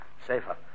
Safer